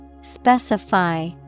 Specify